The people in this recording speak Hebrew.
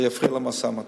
זה יפריע למשא-ומתן.